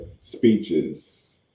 speeches